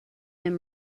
and